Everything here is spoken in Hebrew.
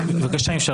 בבקשה אם אפשר,